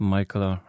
Michaela